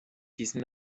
diesen